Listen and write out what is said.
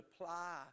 apply